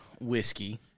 whiskey